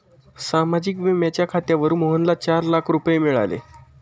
सामाजिक विम्याच्या खात्यावर मोहनला चार लाख रुपये मिळाले